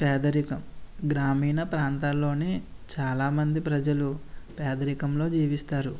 పేదరికం గ్రామీణ ప్రాంతాలలో చాలా మంది ప్రజలు పేదరికంలో జీవిస్తారు